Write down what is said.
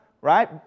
right